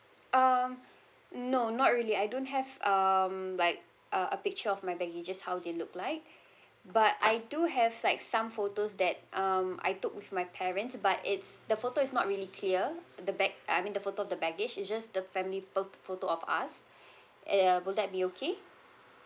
um no not really I don't have um like uh a picture of my baggages how they look like but I do have like some photos that um I took with my parents but it's the photo is not really clear the bag I mean the photo of the baggage it's just the family ph~ photo of us uh will that be okay